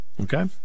Okay